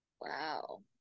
Wow